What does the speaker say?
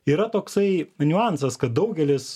yra toksai niuansas kad daugelis